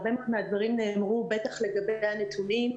הדברים נאמרו, בטח לגבי הנתונים.